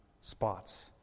spots